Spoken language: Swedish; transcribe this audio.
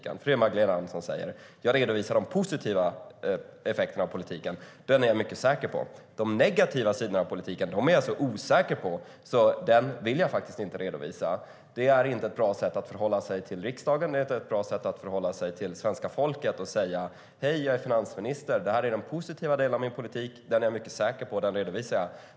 Det är nämligen vad Magdalena Andersson säger: Jag redovisar de positiva effekterna av politiken. De är jag mycket säker på. De negativa sidorna av politiken är jag så osäker på att de vill jag inte redovisa. Det är inte ett bra sätt att förhålla sig till riksdagen och inte ett bra sätt att förhålla sig till svenska folket att säga: Hej, jag är finansminister. Det här är den positiva delen av min politik. Den är jag mycket säker på. Den redovisar jag.